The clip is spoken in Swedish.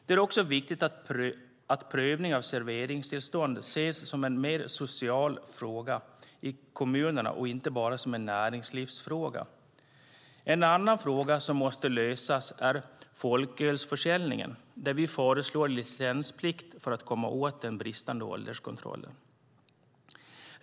Det är också viktigt att prövning av serveringstillstånd ses som en social fråga i kommunerna och inte bara som en näringslivsfråga. En annan fråga som måste lösas är folkölsförsäljningen. Vi föreslår licensplikt för att komma åt den bristande ålderskontrollen.